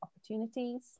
opportunities